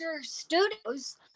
studios –